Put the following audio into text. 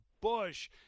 Bush